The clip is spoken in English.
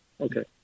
Okay